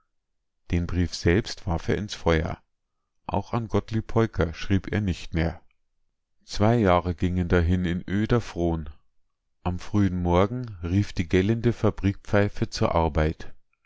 den brief selbst warf er ins feuer auch an gottlieb peuker schrieb er nicht mehr zwei jahre gingen dahin in öder fron am frühen morgen rief die gellende fabrikpfeife zur arbeit